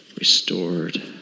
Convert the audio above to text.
Restored